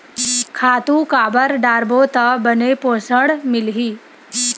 खातु काबर डारबो त बने पोषण मिलही?